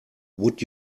would